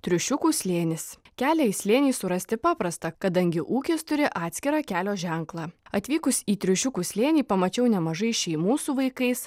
triušiukų slėnis kelią į slėnį surasti paprasta kadangi ūkis turi atskirą kelio ženklą atvykus į triušiukų slėnį pamačiau nemažai šeimų su vaikais